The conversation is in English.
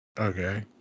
Okay